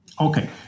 Okay